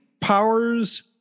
Powers